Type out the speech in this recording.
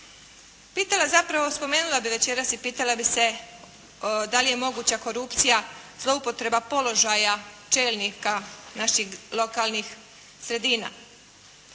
Pitala zapravo, spomenula bih večeras i pitala bi se, da li je moguća korupcija zloupotreba položaja čelnika naših lokalnih sredina?